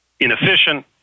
inefficient